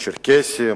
צ'רקסים,